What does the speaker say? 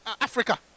Africa